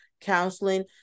counseling